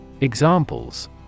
Examples